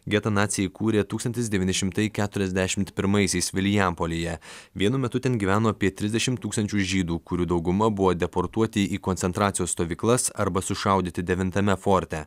getą naciai įkūrė tūkstantis devyni šimtai keturiasdešimt pirmaisiais vilijampolėje vienu metu ten gyveno apie trisdešimt tūkstančių žydų kurių dauguma buvo deportuoti į koncentracijos stovyklas arba sušaudyti devintame forte